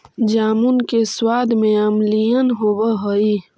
जामुन के सबाद में अम्लीयन होब हई